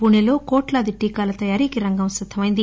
పుణెలో కోట్లాది టీకాలు తయారీకి రంగం సిద్దమైంది